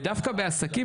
ודווקא בעסקים,